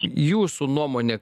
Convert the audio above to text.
jūsų nuomonė